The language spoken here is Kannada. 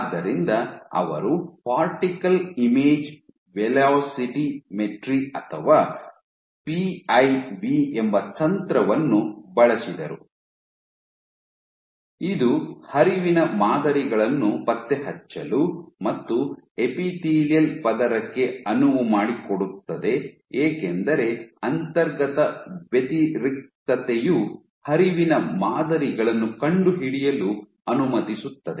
ಆದ್ದರಿಂದ ಅವರು ಪಾರ್ಟಿಕಲ್ ಇಮೇಜ್ ವೆಲೋಸಿಮೆಟ್ರಿ ಅಥವಾ ಪಿಐವಿ ಎಂಬ ತಂತ್ರವನ್ನು ಬಳಸಿದರು ಅದು ಹರಿವಿನ ಮಾದರಿಗಳನ್ನು ಪತ್ತೆಹಚ್ಚಲು ಮತ್ತು ಎಪಿಥೇಲಿಯಲ್ ಪದರಕ್ಕೆ ಅನುವು ಮಾಡಿಕೊಡುತ್ತದೆ ಏಕೆಂದರೆ ಅಂತರ್ಗತ ವ್ಯತಿರಿಕ್ತತೆಯು ಹರಿವಿನ ಮಾದರಿಗಳನ್ನು ಕಂಡುಹಿಡಿಯಲು ಅನುಮತಿಸುತ್ತದೆ